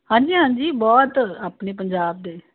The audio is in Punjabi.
ਹਾਂਜੀ ਹਾਂਜੀ ਬਹੁਤ ਆਪਣੇ ਪੰਜਾਬ ਦੇ